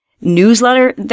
newsletter